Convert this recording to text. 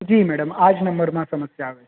જી madam આ જ નંબરમાં સમસ્યા આવે છે